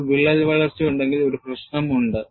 ഒരു വിള്ളൽ വളർച്ചയുണ്ടെങ്കിൽ ഒരു പ്രശ്നം ഉണ്ട്